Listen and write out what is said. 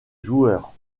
joueur